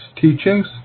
teachings